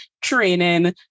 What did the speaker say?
training